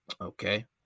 Okay